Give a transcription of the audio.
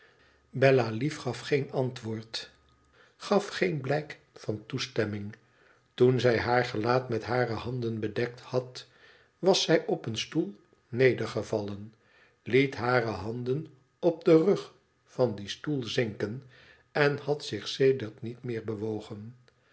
bella-lief gaf geen antwoord gaf geen blijk van toestemming toen zij haar gelaat met hare handen bedekt had was zij op een stoel nedergevallen liet hare handen op den rug van dien stoel zinken en had zich sedert niet meer bewogen